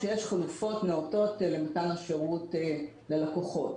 שיש חלופות נאותות למתן השירות ללקוחות.